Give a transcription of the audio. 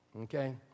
okay